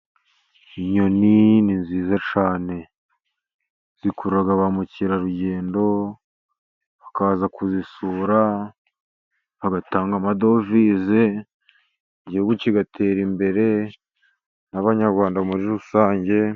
Inyoni ni nziza cyane, zikurura ba mukerarugendo, bakaza kuzisura, bagatanga amadovize, igihugu kigatera imbere, n'abanyarwanda muri rusange.